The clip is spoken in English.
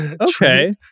Okay